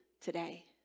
today